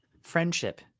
Friendship